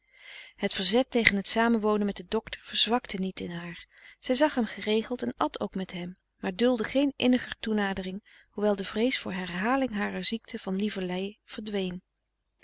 het verzet tegen het samenwonen met den docter verzwakte niet in haar zij zag hem geregeld en at ook met hem maar duldde geen inniger toenadering hoewel de vrees voor herhaling harer ziekte van lieverlee verdween